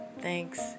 thanks